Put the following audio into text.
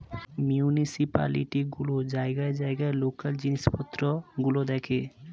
municipality গুলো জায়গায় জায়গায় লোকাল জিনিসপত্র গুলো দেখে